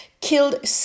killed